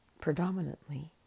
Predominantly